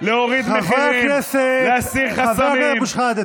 להוריד מחירים, להסיר חסמים, חברי הכנסת.